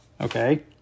Okay